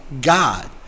God